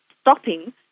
stopping